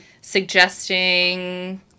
suggesting